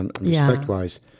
respect-wise